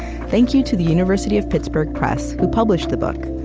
thank you to the university of pittsburgh press, who published the book,